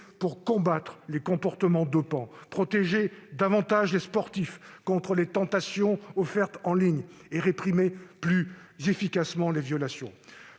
pour combattre les comportements dopants, protéger davantage les sportifs contre les tentations offertes en ligne et réprimer plus efficacement les violations.